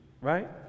right